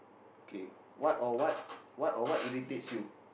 okay what or what what or what irritates you